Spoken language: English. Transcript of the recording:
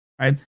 right